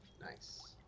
Nice